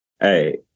Hey